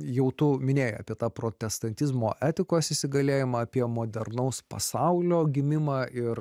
jau tu minėjai apie tą protestantizmo etikos įsigalėjimą apie modernaus pasaulio gimimą ir